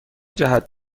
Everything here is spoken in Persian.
جهت